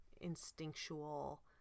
instinctual